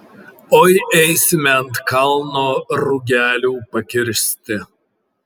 oi eisime ant kalno rugelių pakirsti